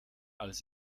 als